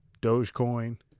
Dogecoin